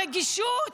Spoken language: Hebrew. רגישות?